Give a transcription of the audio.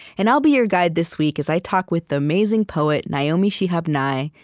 and i'll be your guide this week as i talk with the amazing poet, naomi shihab nye,